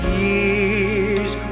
years